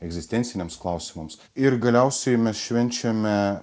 egzistenciniams klausimams ir galiausiai mes švenčiame